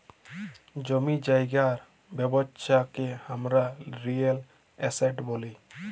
জমি জায়গার ব্যবচ্ছা কে হামরা রিয়েল এস্টেট ব্যলি